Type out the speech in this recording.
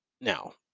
Now